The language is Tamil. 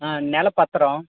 ஆ நில பத்திரம்